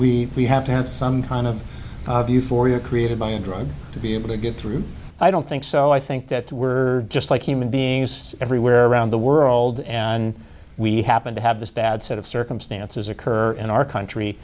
can we have to have some kind of you for your created by a drug to be able to get through i don't think so i think that we're just like human beings everywhere around the world and we happen to have this bad set of circumstances occur in our country